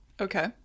Okay